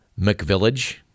McVillage